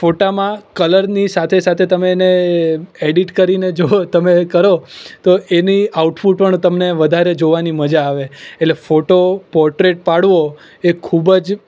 ફોટામાં કલરની સાથે સાથે તમે એને એડિટ કરીને જો તમે કરો તો એની આઉટપુટ પણ તમને વધારે જોવાની મજા આવે એટલે ફોટો પોર્ટ્રેટ પાડવો એ ખૂબ જ